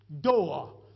door